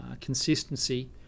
consistency